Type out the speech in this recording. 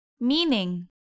meaning